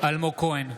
אלמוג כהן,